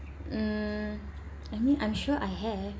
mm I mean I'm sure I have